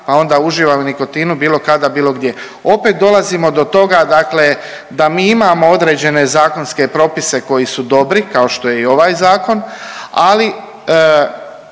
pa onda uživaj u nikotinu bilo kada, bilo gdje. Opet dolazimo do toga, dakle da mi imamo određene zakonske propise koji su dobri kao što je i ovaj zakon. Ali